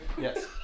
Yes